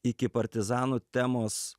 iki partizanų temos